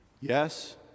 Yes